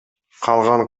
калган